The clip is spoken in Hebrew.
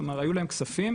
כלומר היו להם כספי,